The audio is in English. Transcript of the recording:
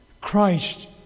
Christ